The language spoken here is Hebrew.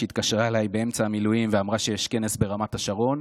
שהתקשרה אליי באמצע המילואים ואמרה שיש כנס ברמת השרון